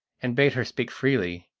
and bade her speak freely,